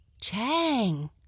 Chang